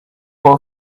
whole